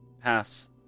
pass